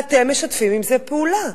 ואתם משתפים עם זה פעולה.